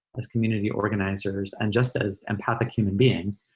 as community organizers and just as empathic human beings,